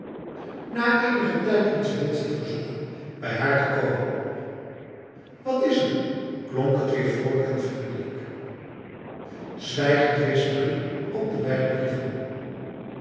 na enige tijd liet ze betsy verzoeken bij haar te komen wat is er klonk het weer vrolijk en vriendelijk zwijgend wees marie op de beide brieven